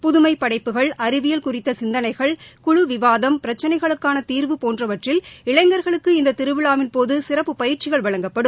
புதுமைப் படைப்புகள் அறிவியல் குறித்த சிந்தளைகள் குழு விவாதம் பிரச்சினைகளுக்கான தீர்வு போன்றவற்றில் இளைஞர்களுக்கு இந்த திருவிழாவின்போது சிறப்புப் பயிற்சிகள் வழங்கப்படும்